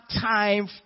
time